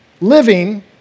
living